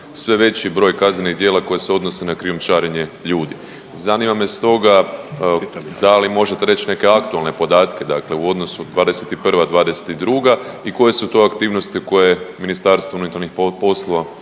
sve veći broj kaznenih djela koja se odnose na krijumčarenje ljudi, zanima me stoga da li možete reć neke aktualne podatke dakle u odnosu '21.-'22. i koje su to aktivnosti koje MUP planira poduzimati upravo